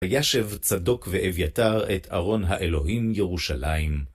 הישב צדוק ואביתר את ארון האלוהים ירושלים.